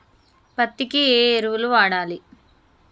పత్తి కి ఏ ఎరువులు వాడాలి?